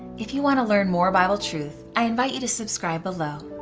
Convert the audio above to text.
if you want to learn more bible truth, i invite you to subscribe below.